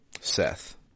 Seth